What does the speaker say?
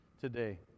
today